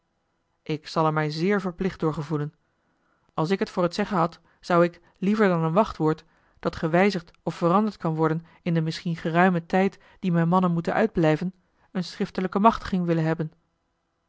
ik zal er mij zeer verplicht door gevoelen als ik het voor t zeggen had zou ik liever dan een wachtwoord dat gewijzigd of veranderd kan worden in den misschien geruimen tijd dien mijn mannen moeten uitblijven een schriftelijke machtiging willen hebben